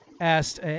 asked